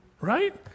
right